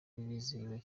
bizihiwe